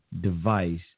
device